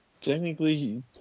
technically